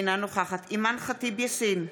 אינה נוכחת אימאן ח'טיב יאסין,